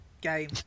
game